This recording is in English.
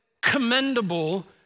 commendable